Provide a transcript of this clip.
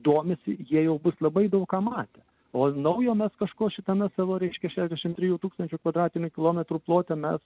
domisi jie jau bus labai daug ką matę o naujo mes kažko šitame savo reiškia šešiasdešim trijų tūkstančių kvadratinių kilometrų plote mes